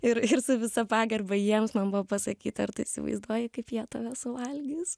ir ir su visa pagarba jiems man buvo pasakyta ar tu įsivaizduoji kaip jie tave suvalgys